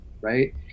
right